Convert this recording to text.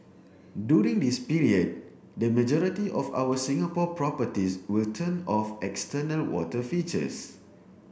during this period the majority of our Singapore properties will turn off external water features